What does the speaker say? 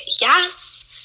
Yes